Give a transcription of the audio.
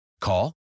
Call